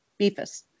Beefus